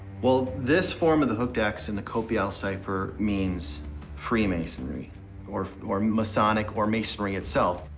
well, this form of the hooked x in the copiale cipher means freemasonry or or masonic or masonry itself.